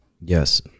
yes